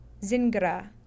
Zingra